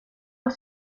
els